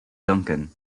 duncan